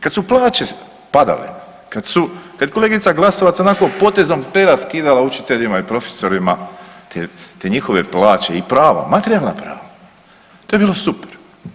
Kada su plaće padale, kada je kolegica Glasovac onako potezom pera skidala učiteljima i profesorima te njihove plaće i prava, materijalna prava to je bilo super.